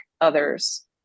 others